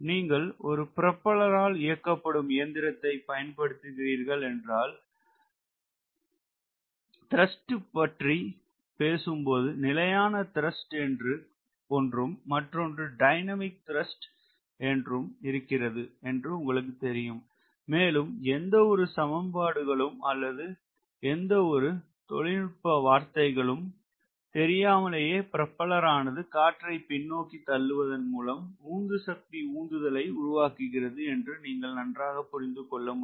நீங்கள் ஒரு புரோபல்லர் இயக்கப்படும் இயந்திரத்தைப் பயன்படுத்துகிறீர்கள் என்றால் நான் த்ரஸ்ட் பற்றி பேசும்போது நிலையான த்ரஸ்ட் என்று ஒன்றும் மற்றொன்று டைனமிக் த்ரஸ்ட் என்றும் இருக்கிறது என்று உங்களுக்குத் தெரியும் மேலும் எந்தவொரு சமன்பாடுகளும் அல்லது எந்தவொரு தொழில்நுட்ப வார்த்தைகளும் தெரியாமலேயே புரோப்பல்லர் ஆனது காற்றை பின்னோக்கி தள்ளுவதன் மூலம் உந்துசக்தி உந்துதலை உருவாக்குகிறது என்று நீங்கள் நன்றாக புரிந்து கொள்ள முடியும்